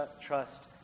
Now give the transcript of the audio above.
trust